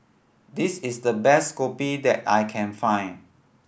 this is the best kopi that I can find